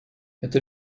это